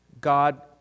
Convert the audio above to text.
God